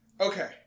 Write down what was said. Okay